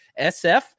SF